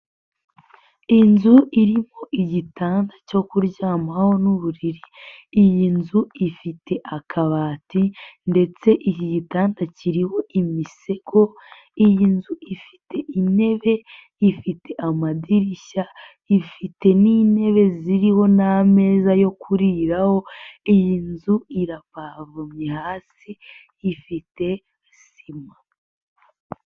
Inzu irimo igitanda cyo kuryamaho n'uburiri, iyi nzu ifite akabati ndetse iki gitanda kiriho imisego, iyi nzu ifite intebe, ifite amadirishya, ifite n'intebe ziriho n'ameza yo kuriraho, iyi nzu irapavomye hasi, ifite sima.